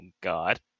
God